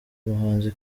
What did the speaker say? muhanzi